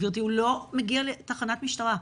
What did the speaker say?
גברתי הוא לא מגיע לתחנת משטרה.